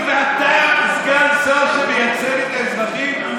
אתה סגן שמייצג אזרחים,